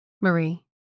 Marie